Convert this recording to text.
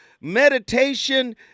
meditation